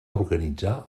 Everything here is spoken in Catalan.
organitzar